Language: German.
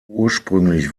ursprünglich